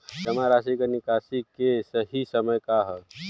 जमा राशि क निकासी के सही समय का ह?